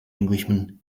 englishman